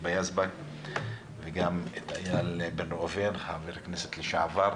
היבה יזבק וגם את איל בן ראובן, חבר הכנסת לשעבר,